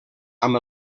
amb